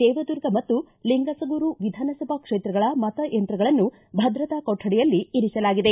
ದೇವದುರ್ಗ ಮತ್ತು ಲಿಂಗಸೂಗೂರು ವಿಧಾನಸಭೆ ಕ್ಷೇತ್ರಗಳ ಮತ ಯಂತ್ರಗಳನ್ನು ಭದ್ರತಾ ಕೊಠಡಿಯಲ್ಲಿ ಇರಿಸಲಾಗಿದೆ